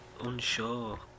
unsure